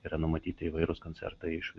yra numatyti įvairūs koncertai iš